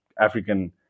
African